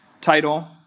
title